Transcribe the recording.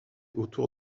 autour